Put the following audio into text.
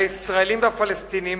הישראלים והפלסטינים,